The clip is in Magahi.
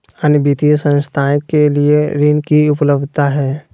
अन्य वित्तीय संस्थाएं के लिए ऋण की उपलब्धता है?